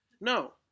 No